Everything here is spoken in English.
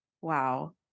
Wow